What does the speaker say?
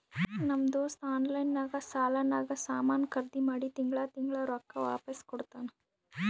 ನಮ್ ದೋಸ್ತ ಆನ್ಲೈನ್ ನಾಗ್ ಸಾಲಾನಾಗ್ ಸಾಮಾನ್ ಖರ್ದಿ ಮಾಡಿ ತಿಂಗಳಾ ತಿಂಗಳಾ ರೊಕ್ಕಾ ವಾಪಿಸ್ ಕೊಡ್ತಾನ್